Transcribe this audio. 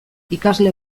ikasle